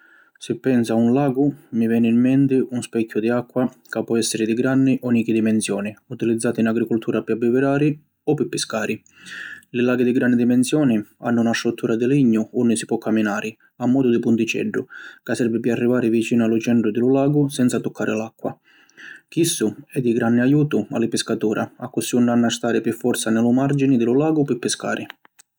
Si pensu a un lagu mi veni in menti un specchiu di acqua ca pò essiri di granni o nichi dimensioni utilizzatu in agricultura pi abbivirari o pi piscari. Li laghi di granni dimensioni hannu na struttura di lignu unni si pò caminari, a modu di punticeddu, ca servi pi arrivari vicinu lu centru di lu lagu senza tuccari l’acqua. Chissu è di granni ajutu a li piscatura accussì ‘un hannu a stari pi forza ni lu margini di lu lagu pi piscari.